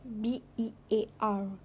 B-E-A-R